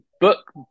book